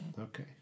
Okay